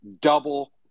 double